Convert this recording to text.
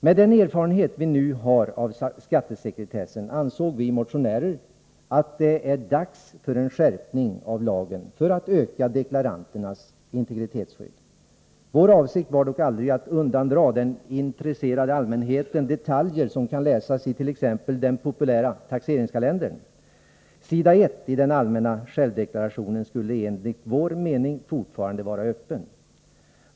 Med den erfarenhet som vi nu har av skattesekretessen ansåg vi motionärer att det nu var dags för en skärpning av lagen för att öka deklaranternas integritetsskydd. Vår avsikt var dock aldrig att undandra den intresserade allmänheten detaljer, som kan läsas it.ex. den populära taxeringskalendern. S. 1i den allmänna självdeklarationen skulle enligt vår mening fortfarande vara öppen.